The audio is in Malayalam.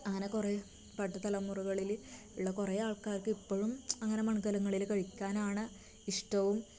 അങ്ങനെ കുറേ പണ്ട് തലമുറകളില് ഉള്ള കുറേ ആൾക്കാർക്ക് ഇപ്പോഴും അങ്ങനെ മൺകലങ്ങളില് കഴിക്കാനാണ് ഇഷ്ടവും